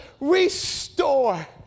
restore